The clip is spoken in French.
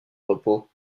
repos